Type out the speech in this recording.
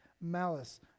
malice